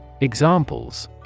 Examples